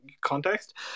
context